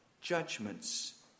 judgments